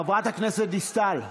חברת הכנסת דיסטל,